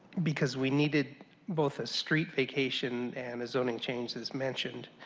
because we needed both a street vacation and a zoning change as mentioned.